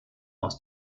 aus